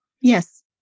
yes